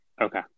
Okay